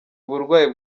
uburwayi